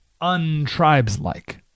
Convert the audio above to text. un-tribes-like